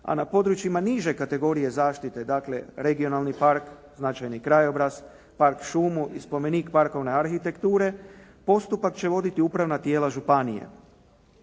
a na područjima niže kategorije zaštite, dakle regionalni park, značajni krajobraz, park šumu i spomenik parkovne arhitekture, postupak će voditi upravna tijela županije.